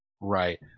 Right